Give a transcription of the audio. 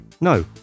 no